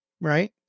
right